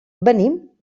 venim